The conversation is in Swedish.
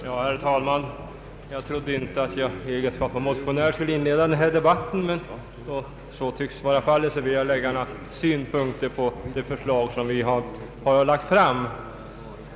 Herr talman! Jag trodde inte att jag i egenskap av motionär skulle inleda denna debatt, men då så tycks vara fallet vill jag anföra några synpunkter på det förslag vi har framlagt.